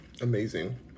amazing